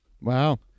Wow